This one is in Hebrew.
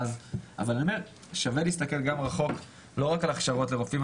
שווה להסתכל רחוק לא רק על הכשרות לרופאים,